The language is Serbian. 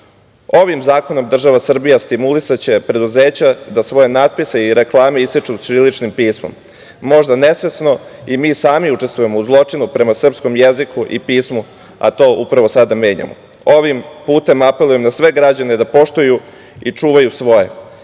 dan. Ovim zakonom država Srbija stimulisaće preduzeća da svoje natpise i reklame ističe ćiriličnim pismom. Možda nesvesno i mi sami učestvujemo u zločinu prema srpskom jeziku i pismu, a to upravo sada menjamo. Ovim putem apelujem na sve građane da poštuju i čuvaju svoje.